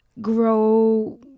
grow